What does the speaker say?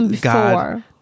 God